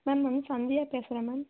ma'am நான் சந்தியா பேசுகிறேன் ma'am